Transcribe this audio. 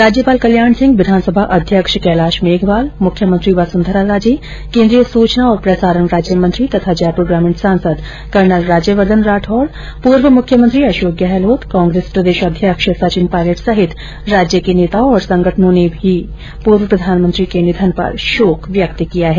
राज्यपाल कल्याण सिंह विधानसभा अध्यक्ष कैलाश मेघवाल मुख्यमंत्री वसुंधरा राजे कोन्द्रीय सूचना और प्रसारण राज्य मंत्री तथा जयप्र ग्रामीण सांसद कर्नल राज्यवर्द्वन राठौड पूर्व मुख्यमंत्री अशोक गहलोत कांग्रेस प्रदेशाध्यक्ष सचिन पायलट सहित राज्य के नेताओं और संगठनों ने पूर्व प्रधानमंत्री के निधन पर शोक व्यक्त किया है